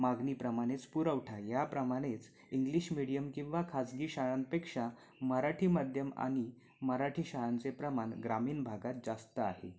मागणीप्रमाणेच पुरवठा याप्रमाणेच English medium किंवा खाजगी शाळांपेक्षा मराठी माध्यम आणि मराठी शाळांचे प्रमाण ग्रामीण भागात जास्त आहे